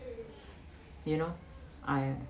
you know I